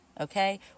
Okay